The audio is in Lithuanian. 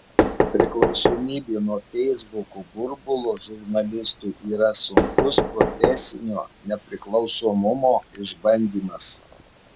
priklausomybė nuo feisbuko burbulo žurnalistui yra sunkus profesinio nepriklausomumo išbandymas